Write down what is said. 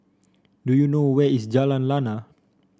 do you know where is Jalan Lana